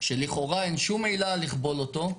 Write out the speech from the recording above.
שלכאורה אין שום עילה לכבול אותו,